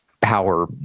power